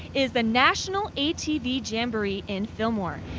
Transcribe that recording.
is the national atv jamboree in fillmore.